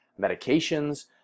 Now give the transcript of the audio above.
medications